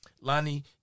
Lonnie